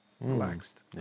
relaxed